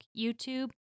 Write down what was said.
YouTube